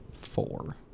four